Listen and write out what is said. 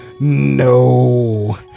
No